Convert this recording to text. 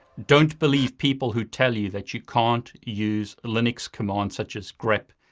don't believe people who tell you that you can't use linux commands such as grep,